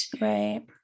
right